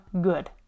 good